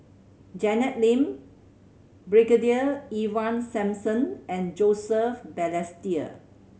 Janet Lim Brigadier Ivan Simson and Joseph Balestier